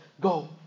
Go